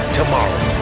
tomorrow